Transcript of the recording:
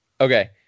Okay